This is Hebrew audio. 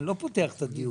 אני לא פותח את הדיון.